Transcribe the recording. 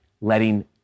letting